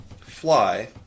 Fly